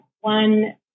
one